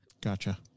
Gotcha